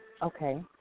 Okay